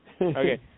Okay